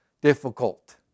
difficult